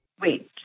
Wait